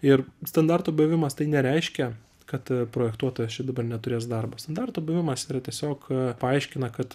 ir standarto buvimas tai nereiškia kad projektuotojas čia dabar neturės darbo standarto buvimas yra tiesiog paaiškina kad